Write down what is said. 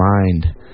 mind